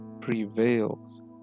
prevails